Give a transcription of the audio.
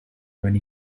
when